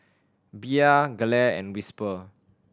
Bia Gelare and Whisper